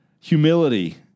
humility